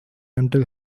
until